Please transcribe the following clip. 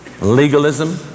legalism